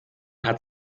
hat